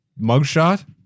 mugshot